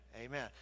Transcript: Amen